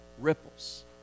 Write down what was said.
Ripples